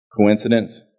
Coincidence